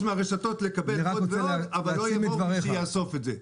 מהרשתות עוד ועוד אבל לא יבוא מי שיאסוף את זה.